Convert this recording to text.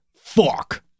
Fuck